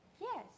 Yes